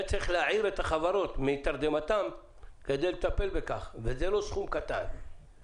היה צריך להעיר את החברות מתרדמתן כדי לטפל בכך וזה לא סכום מבוטל.